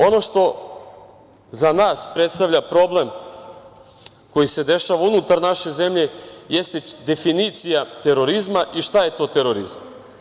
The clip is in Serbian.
Ono što za nas predstavlja problem koji se dešava unutar naše zemlje jeste definicija terorizma i šta je to terorizam.